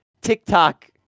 TikTok